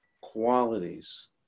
qualities